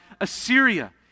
Assyria